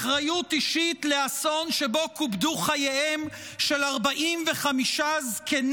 אחריות אישית לאסון שבו קופדו חייהם של 45 זקנים,